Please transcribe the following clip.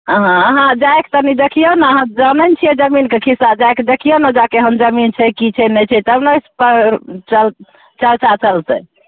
हँ हँ जाके तनी देखियै ने अहाँ जानय ने छियै जमीनके खिस्सा जाके देखियौ ने केहन जमीन छै की छै नहि छै तब ने चर्चा चलतय